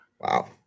wow